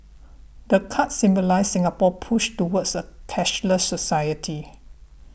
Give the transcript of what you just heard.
the card symbolises Singapore's push towards a cashless society